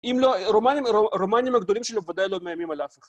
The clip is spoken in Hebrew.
אם לא, רומנים הגדולים שלו ודאי לא נענים על אף אחד.